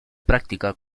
práctica